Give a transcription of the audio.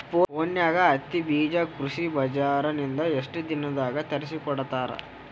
ಫೋನ್ಯಾಗ ಹತ್ತಿ ಬೀಜಾ ಕೃಷಿ ಬಜಾರ ನಿಂದ ಎಷ್ಟ ದಿನದಾಗ ತರಸಿಕೋಡತಾರ?